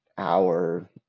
hour